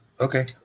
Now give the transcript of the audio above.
Okay